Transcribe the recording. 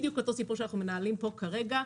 בדיוק הסיפור שאנחנו מנהלים כרגע,